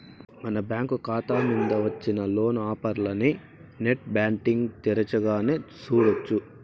మన బ్యాంకు కాతా మింద వచ్చిన లోను ఆఫర్లనీ నెట్ బ్యాంటింగ్ తెరచగానే సూడొచ్చు